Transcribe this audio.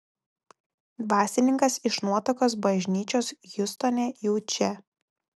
dvasininkas iš nuotakos bažnyčios hjustone jau čia